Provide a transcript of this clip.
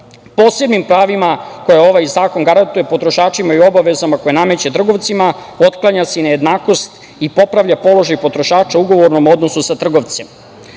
pravima koje ovaj zakon garantuje potrošačima i obavezama koje nameće trgovcima otklanja se nejednakost i popravlja položaj potrošača u ugovornom odnosu sa trgovcem. Da